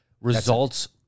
results